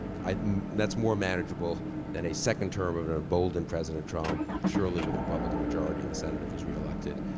i mean that's more manageable than a second term of an emboldened president trump, surely with a republican majority in the senate if he's re-elected.